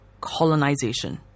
colonization